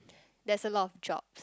there's a lot of job